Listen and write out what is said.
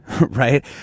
right